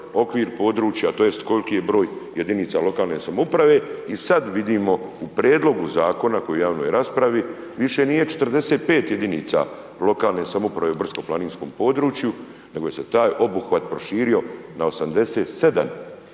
okvir područja tj. koliko je broj jedinica lokalne samouprave, i sad vidimo u prijedlogu zakona koji je u javnoj raspravi, više nije 45 jedinica lokalne samouprave u brdsko-planinskom području nego se taj obuhvat proširio na 87 jedinica